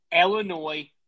Illinois